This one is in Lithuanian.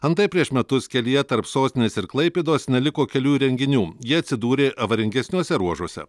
antai prieš metus kelyje tarp sostinės ir klaipėdos neliko kelių įrenginių jie atsidūrė avaringesniuose ruožuose